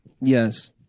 Yes